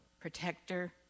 protector